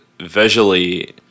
visually